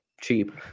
cheap